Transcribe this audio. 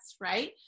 right